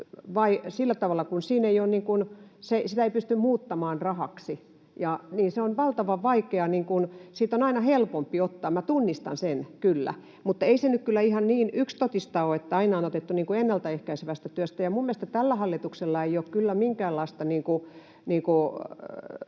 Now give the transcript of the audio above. ennaltaehkäisevää työtä ei pysty muuttamaan rahaksi — se on valtavan vaikeaa. Siitä aina helpompi ottaa, minä tunnistan sen kyllä. Mutta ei se nyt kyllä ihan niin yksitotista ole, että aina on otettu ennaltaehkäisevästä työstä, ja minun mielestäni tällä hallituksella ei ole kyllä minkäänlaista